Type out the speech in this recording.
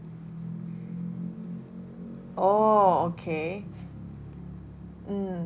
orh okay mm